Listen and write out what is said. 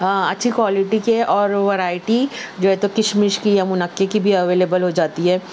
اچھی کوالٹی کے اور ورائٹی جو ہے تو کشمکش کی اور منقے کی بھی اویلیبل ہو جاتی ہے